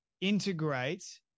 integrate